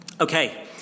Okay